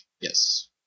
Yes